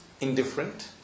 indifferent